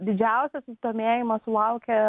didžiausio susidomėjimo sulaukia